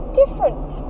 different